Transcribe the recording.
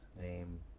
name